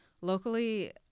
Locally